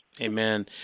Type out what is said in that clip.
Amen